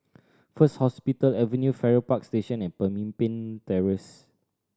First Hospital Avenue Farrer Park Station and Pemimpin Terrace